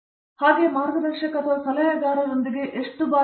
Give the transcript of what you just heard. ಪ್ರತಾಪ್ ಹರಿಡೋಸ್ ಮತ್ತು ಸಹ ಅವರ ಮಾರ್ಗದರ್ಶಕ ಅಥವಾ ಸಲಹೆಗಾರರೊಂದಿಗೆ ಸಂವಹನ ಮಾಡುತ್ತಾರೆ